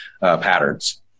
patterns